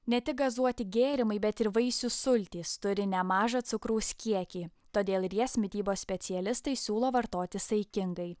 ne tik gazuoti gėrimai bet ir vaisių sultys turi nemažą cukraus kiekį todėl ir jas mitybos specialistai siūlo vartoti saikingai